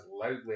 loudly